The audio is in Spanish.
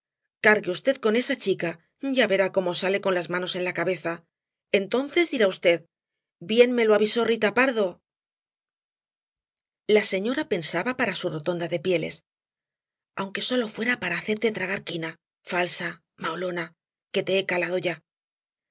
cargue v con esa chica ya verá cómo sale con las manos en la cabeza entonces dirá v bien me lo avisó rita pardo la señora pensaba para su rotonda de pieles aunque sólo fuera para hacerte tragar quina falsa maulona ya te he calado ya